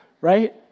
right